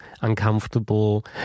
uncomfortable